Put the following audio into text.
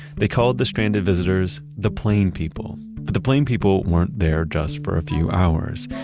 they called the stranded visitors the plane people. but the plane people weren't there just for a few hours,